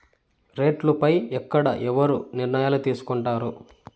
రేట్లు పై ఎక్కడ ఎవరు నిర్ణయాలు తీసుకొంటారు?